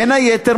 בין היתר,